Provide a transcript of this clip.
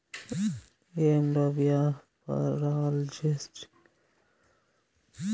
ఏంలా, వ్యాపారాల్జేసుకునేటోళ్లు ఆల్ల యాపారం పెంచేదానికి తీసే రుణమన్నా